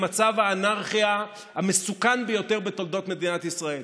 למצב האנרכיה המסוכן ביותר בתולדות מדינת ישראל.